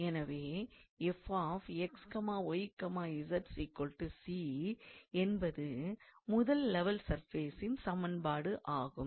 எனவே 𝑓𝑥𝑦𝑧 𝑐 என்பது முதல் லெவல் சர்ஃபேசின் சமன்பாடு ஆகும்